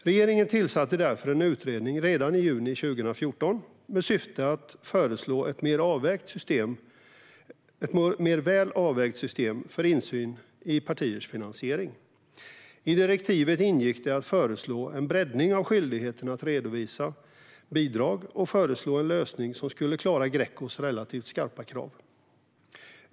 Regeringen tillsatte därför en utredning redan i juni 2014 med syfte att föreslå ett mer välavvägt system för insyn i partiers finansiering. I direktivet ingick det att föreslå en breddning av skyldigheten att redovisa bidrag och föreslå en lösning som skulle klara Grecos relativt skarpa krav.